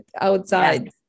outside